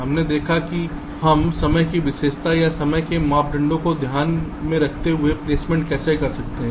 हमने देखा कि हम समय की विशेषता या समय के मापदंडों को ध्यान में रखते हुए प्लेसमेंट कैसे कर सकते हैं